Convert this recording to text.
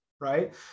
right